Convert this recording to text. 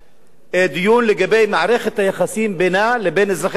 דיון לגבי מערכת היחסים בינה לבין אזרחיה בכלל,